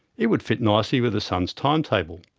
it would fit nicely with the sun's timetable.